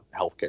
healthcare